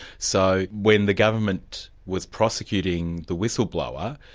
so when the government was prosecuting the whistleblower,